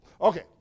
Okay